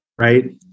right